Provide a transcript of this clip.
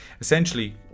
Essentially